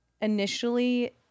initially